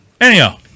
anyhow